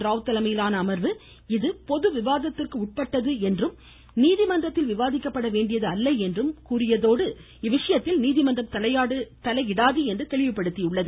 ராவ் தலைமையிலான அமர்வு இது பொதுவிவாதத்திற்கு உட்பட்டது என்றும் நீதிமன்றத்தில் விவாதிக்கப்பட வேண்டியது அல்ல என்றும் கூறியதோடு இவ்விஷயத்தில் நீதிமன்றம் தலையிடாது என்றும் தெளிவுபடுத்தியது